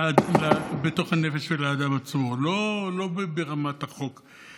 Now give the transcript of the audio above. בתוך הנפש של האדם עצמו, לא ברמת החוק.